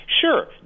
Sure